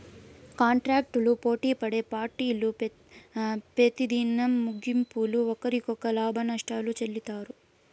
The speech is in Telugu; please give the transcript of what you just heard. కాంటాక్టులు పోటిపడే పార్టీలు పెతిదినం ముగింపుల ఒకరికొకరు లాభనష్టాలు చెల్లిత్తారు